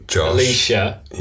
Alicia